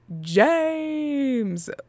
James